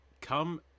come